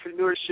entrepreneurship